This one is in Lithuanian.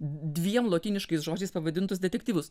dviem lotyniškais žodžiais pavadintus detektyvus